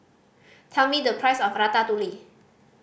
tell me the price of Ratatouille